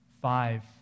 Five